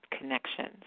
connections